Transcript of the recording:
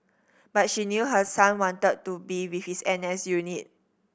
but she knew her son wanted to be with his N S unit